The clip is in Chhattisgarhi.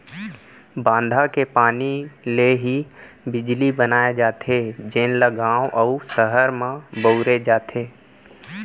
बांधा के पानी ले ही बिजली बनाए जाथे जेन ल गाँव अउ सहर म बउरे जाथे